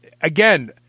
again